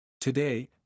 Today